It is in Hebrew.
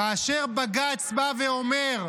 כאשר בג"ץ בא ואומר: